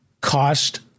cost